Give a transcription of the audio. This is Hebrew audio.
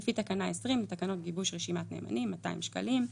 לפי תקנה 20 לתקנות גיבוש רשימת נאמנים 200 שקלים.